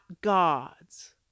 God's